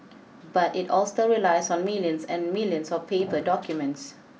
but it all still relies on millions and millions of paper documents